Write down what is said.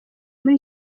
muri